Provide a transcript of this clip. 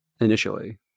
initially